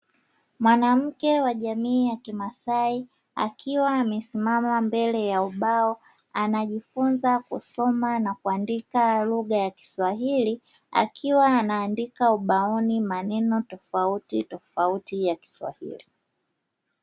Mwanamke wa jamii ya kimaasai akiwa amesimama mbele ya ubao, anajifunza kusoma na kuandika lugha ya kiswahili, akiwa anaandika ubaoni maneno tofautitofauti ya kiswahili.